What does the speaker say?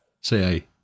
say